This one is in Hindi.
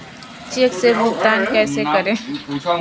चेक से भुगतान कैसे करें?